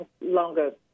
longer